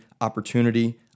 opportunity